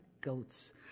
goats